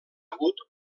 hagut